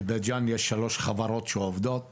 בבית ג'ן יש שלוש חברות שעובדות,